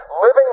living